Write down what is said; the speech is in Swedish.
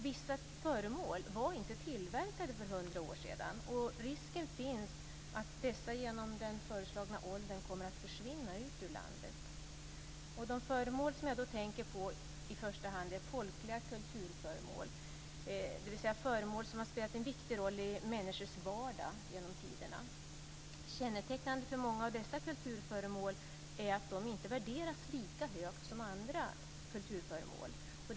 Vissa föremål var inte tillverkade för 100 år sedan, och risken finns att en del föremål, genom den föreslagna åldern, kommer att försvinna ut ur landet. De föremål som jag i första hand tänker på är folkliga kulturföremål, dvs. föremål som har spelat en viktig roll i människors vardag genom tiderna. Kännetecknande för många av dessa kulturföremål är att de inte värderas lika högt som andra kulturföremål.